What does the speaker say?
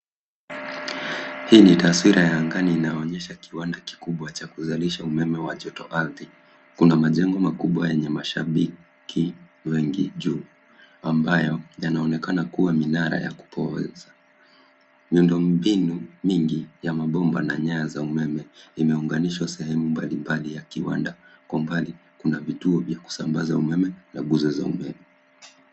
Hii ni taswira ya angani inayoonyesha kiwanda kikubwa cha kuzalisha umeme wa joto ardhi. Kuna majengo makubwa yenye mashabiki wengi juu ambayo yanaonekana kuwa minara ya kupooza. Miundombinu mingi ya mabomba na nyaya za umeme imeunganisha sehemu mbalimbali ya kiwanda. Kwa umbali, kuna vituo vya kusambaza umeme na nguzo za umeme.